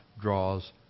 draws